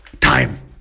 time